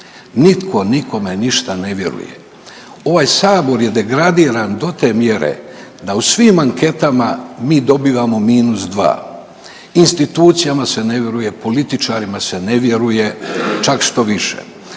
Nitko nikome ništa ne vjeruje. Ovaj Sabor je degradiran do te mjere da u svim anketama mi dobivamo -2. Institucijama se ne vjeruje, političarima se ne vjeruje, čak štoviše.